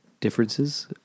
differences